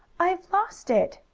i've lost it!